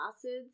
acids